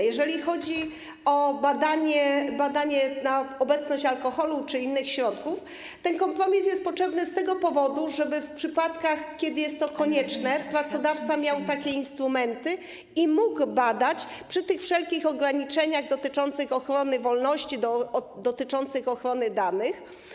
Jeżeli chodzi o badanie na obecność alkoholu czy innych środków, ten kompromis jest potrzebny z tego powodu, żeby w przypadkach, kiedy jest to konieczne, pracodawca miał takie instrumenty i mógł badać przy wszelkich ograniczeniach dotyczących ochrony wolności, dotyczących ochrony danych.